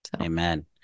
amen